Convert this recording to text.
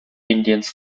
indiens